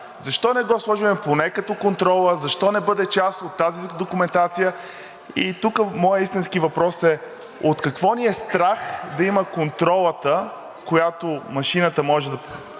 Защо не го сложим поне като контрола, защо не бъде част от тази документация? И тук моят истински въпрос е: от какво ни е страх да я има контролата, която машината може да